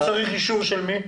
הוא צריך אישור של מי?